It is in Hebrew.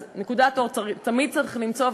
אז נקודת אור תמיד צריך למצוא,